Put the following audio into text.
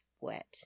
wet